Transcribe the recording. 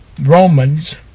Romans